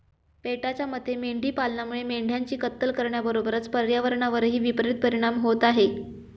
पेटाच्या मते मेंढी पालनामुळे मेंढ्यांची कत्तल करण्याबरोबरच पर्यावरणावरही विपरित परिणाम होत आहे